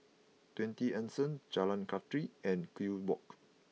Twenty Anson Jalan Kathi and Kew Walk